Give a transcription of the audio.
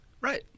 Right